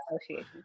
association